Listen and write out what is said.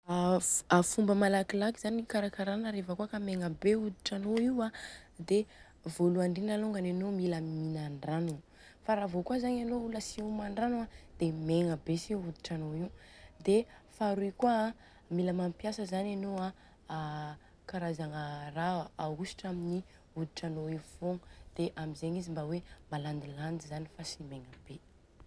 A fomba malakilaky zany ikarakarana raha kôa megna bé i molotra anô io a dia voalohany indrindra alôngany anô mila minandrano. Fa reva kôa zany anô olona tsy mihindrano an dia megna be si hoditra ano io. Dia faharoy kôa an dia mila mampiasa zan anô an a karazagna raha ahosotra amin'ny hoditra anô io fogna dia amzegny izy mba hoe malandilandy zany fa tsy megna be.